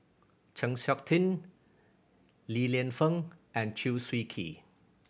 Chng Seok Tin Li Lienfung and Chew Swee Kee